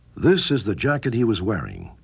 this is the jacket he was wearing.